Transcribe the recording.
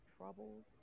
troubles